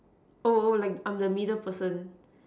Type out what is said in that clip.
oh oh like I'm the middle person